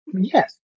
yes